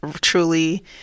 truly